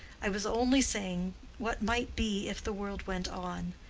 i was only saying what might be if the world went on.